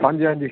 ਹਾਂਜੀ ਹਾਂਜੀ